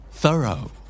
Thorough